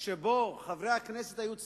שבו חברי הכנסת היו צריכים,